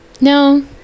no